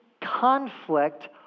conflict